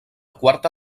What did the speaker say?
quarta